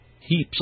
heaps